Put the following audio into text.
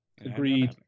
Agreed